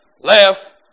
left